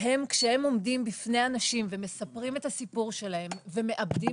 כשהם עומדים בפני אנשים ומספרים את הסיפור שלהם ומעבדים